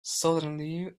suddenly